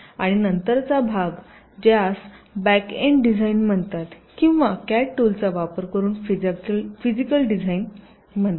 आणि नंतरचा भाग ज्यास बॅक एंड डिझाइन म्हणतात किंवा कॅड टूलचा वापर करून फिजिकल डिझाइन म्हणतात